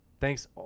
Thanks